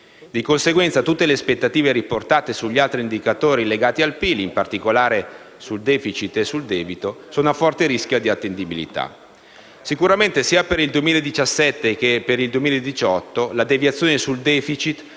Di conseguenza, tutte le aspettative riportate sugli altri indicatori legati al PIL (in particolare sul *deficit* e sul debito) sono a forte rischio di inattendibilità. Sicuramente, sia per il 2017 che per il 2018, la deviazione sul *deficit*